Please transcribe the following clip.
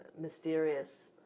mysterious